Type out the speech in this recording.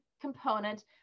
component